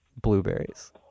blueberries